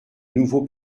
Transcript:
nouveau